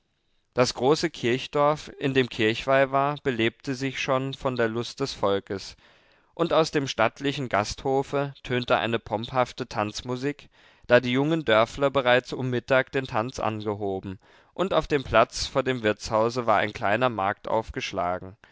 das große kirchdorf in dem kirchweih war belebte sich schon von der lust des volkes und aus dem stattlichen gasthofe tönte eine pomphafte tanzmusik da die jungen dörfler bereits um mittag den tanz angehoben und auf dem platz vor dem wirtshause war ein kleiner markt aufgeschlagen